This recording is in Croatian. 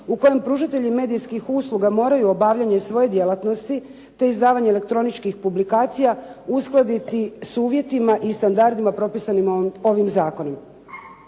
u kojim pružatelji medijskih usluga moraju obavljanje svoje djelatnosti, te izdavanje elektroničkih publikacija uskladiti sa uvjetima i standardima propisanim ovim zakonom.